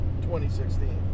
2016